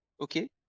okay